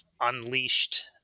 unleashed